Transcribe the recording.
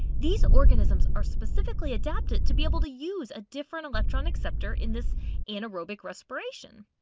these organisms are specifically adapted to be able to use a different electron acceptor in this anaerobic respiration.